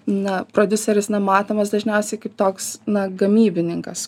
na prodiuseris na matomas dažniausiai kaip toks na gamybininkas